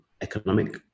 economic